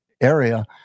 area